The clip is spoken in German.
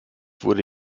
wurde